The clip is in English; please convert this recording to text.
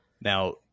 now